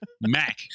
Mac